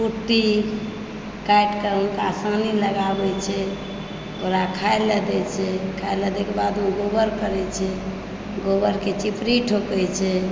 कुट्टी काटि कऽओकरा सानी लगाबै छियै ओकरा खाय ले दै छियै खायला दै के बाद ओ गोबर करैत छै गोबरके चिपरी ठोकैत छै